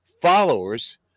followers